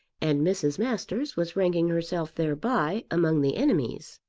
and mrs. masters was ranking herself thereby among the enemies.